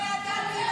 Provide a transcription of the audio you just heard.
לא ידעתי,